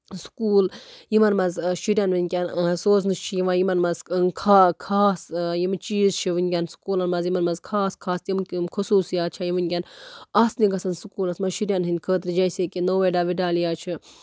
school یِمن منٛز شُرٮ۪ن ونکیٚن سوزنہٕ چھُ یِوان یِمن منٛز خاگ خاص یِم چیٖز چھِ ونکیٚن سکوٗلن منٛز یِمن منٛز خاص خاص تِم تِم خصوٗصیات چھےٚ ونکیٚن آسنہِ گژھن سکوٗلَس منٛز شُرٮ۪ن ہِندۍ خٲطرٕ جیسے کہِ نویدا وِدیالِیا چھُ